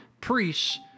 priests